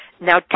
Now